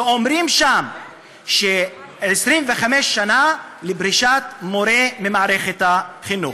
שאומרים שם 25 שנה לפרישת מורה ממערכת החינוך.